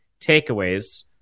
takeaways